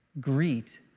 Greet